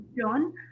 John